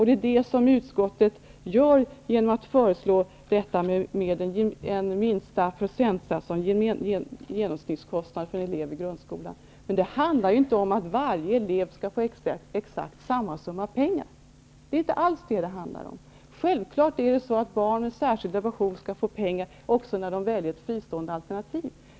Det är det som utskottet gör genom att föreslå en minsta procentsats och en genomsnittskostnad för en elev i grundskolan. Det handlar inte alls om att varje elev skall få exakt samma summa pengar. Självfallet skall barn med särskilda behov få pengar också när de väljer fristående alternativ.